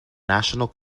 national